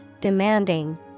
demanding